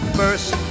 first